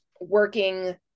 working